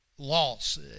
Loss